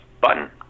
button